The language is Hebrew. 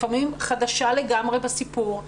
לפעמים חדשה לגמרי בסיפור,